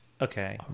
okay